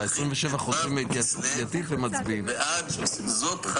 (הישיבה נפסקה בשעה 22:55 ונתחדשה בשעה